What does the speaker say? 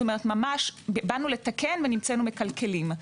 באנו לתקן ונמצאנו מקלקלים.